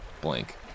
blank